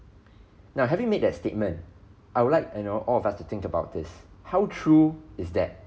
now having made that statement I would like you know all of us to think about this how true is that